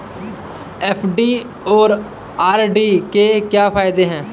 FD और RD के क्या फायदे हैं?